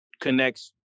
connects